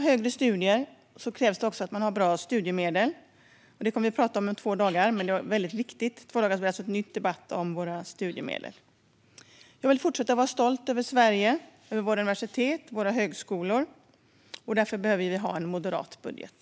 Högre studier kräver bra studiemedel, och det kommer vi att debattera i övermorgon. Jag vill fortsätta att vara stolt över Sverige och våra universitet och högskolor. Därför behövs en moderat budget.